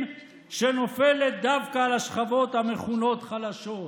שנופלת דווקא על השכבות המכונות חלשות?